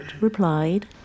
replied